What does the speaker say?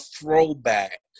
throwback